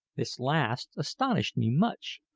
this last astonished me much,